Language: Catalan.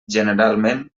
generalment